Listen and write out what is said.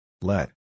Let